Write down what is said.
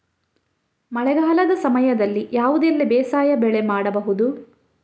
ಮಳೆಗಾಲದ ಸಮಯದಲ್ಲಿ ಯಾವುದೆಲ್ಲ ಬೇಸಾಯ ಬೆಳೆ ಮಾಡಬಹುದು?